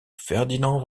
ferdinand